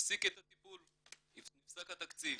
הפסיק את הטפול, נפסק התקציב.